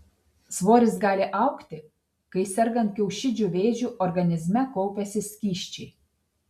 svoris gali augti kai sergant kiaušidžių vėžiu organizme kaupiasi skysčiai